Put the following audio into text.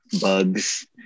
Bugs